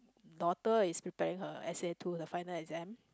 daughter is preparing her S_A two the final exam